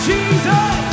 Jesus